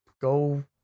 go